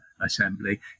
assembly